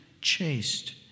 chaste